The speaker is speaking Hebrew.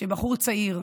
שבחור צעיר,